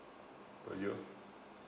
per year